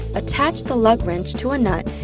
attach the lug wrench to a nut,